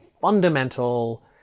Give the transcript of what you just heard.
fundamental